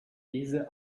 diese